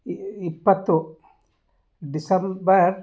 ಇಪ್ಪತ್ತು ಡಿಸೆಂಬರ್